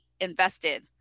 invested